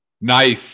nice